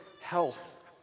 health